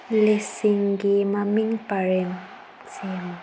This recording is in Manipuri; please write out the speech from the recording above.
ꯂꯤꯁꯁꯤꯡꯒꯤ ꯃꯃꯤꯡ ꯄꯔꯦꯡ ꯁꯦꯝꯃꯨ